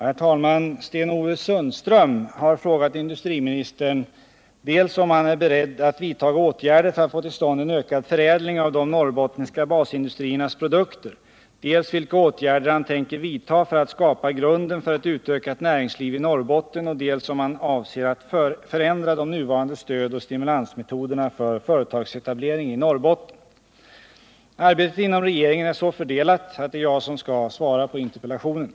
Herr talman! Sten-Ove Sundström har frågat industriministern dels om han är beredd att vidta åtgärder för att få till stånd en ökad förädling av de norrbottniska basindustriernas produkter, dels vilka åtgärder han tänker vidta för att skapa grunden för ett utökat näringsliv i Norrbotten och dels om han avser att förändra de nuvarande stödoch stimulansmetoderna för företagsetablering i Norrbotten. Arbetet inom regeringen är så fördelat att det är jag som skall svara på interpellationen.